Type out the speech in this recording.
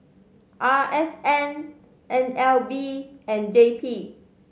R S N N L B and J P